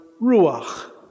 ruach